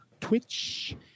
Twitch